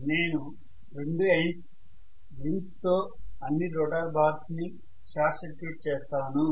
నేను రెండు ends rings తో అన్ని రోటర్ బార్స్ ని షార్ట్ సర్క్యూట్ చేస్తాను